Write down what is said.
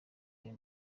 ayo